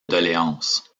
doléances